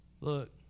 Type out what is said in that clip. Look